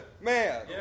man